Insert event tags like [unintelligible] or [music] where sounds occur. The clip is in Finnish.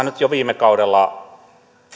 [unintelligible] nyt jo viime kaudella